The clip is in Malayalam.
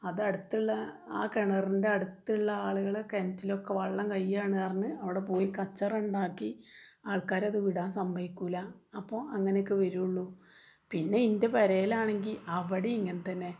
അതടുത്തുള്ള ആ കിണറിൻ്റെ അടുത്തുള്ള ആളുകളെ കിണറ്റിലൊക്കെ വെള്ളം കയ്യാണ് പറഞ്ഞ് അവിടെ പോയി കച്ചറയുണ്ടാക്കി ആൾക്കാരത് വിടാൻ സമ്മതിക്കില്ല അപ്പോൾ അങ്ങനെയൊക്കെ വരികയുള്ളൂ പിന്നെ എൻ്റെ പെരയിലാണെങ്കിൽ അവിടെയും ഇങ്ങനെത്തന്നെ